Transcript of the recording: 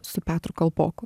su petru kalpoku